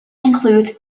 includes